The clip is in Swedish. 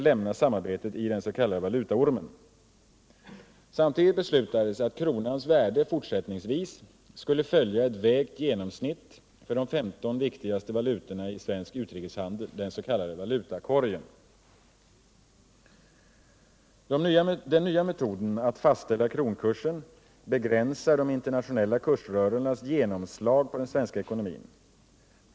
lämna samarbetet i den s.k. valutaormen. Samtidigt beslutades att kronans värde fortsättningsvis skulle följa ett vägt genomsnitt för de 15 viktigaste valutorna i svensk utrikeshandel, den s.k. valutakorgen. Den nya metoden att fastställa kronkursen begränsar de internationella kursrörelsernas genomslag på den svenska ekonomin.